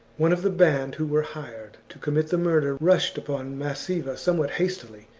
one of the band who were hired to commit the murder rushed upon mas siva somewhat hastily,